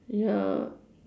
ya